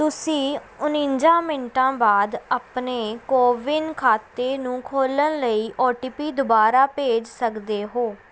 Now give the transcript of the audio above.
ਤੁਸੀਂ ਉਣੰਜਾ ਮਿੰਟਾਂ ਬਾਅਦ ਆਪਣੇ ਕੌਵੀਨ ਖਾਤੇ ਨੂੰ ਖੋਲ੍ਹਣ ਲਈ ਓ ਟੀ ਪੀ ਦੁਬਾਰਾ ਭੇਜ ਸਕਦੇ ਹੋ